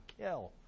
kill